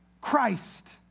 Christ